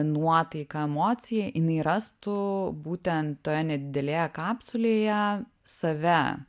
nuotaiką emociją jinai rastų būtent toje nedidelėje kapsulėje save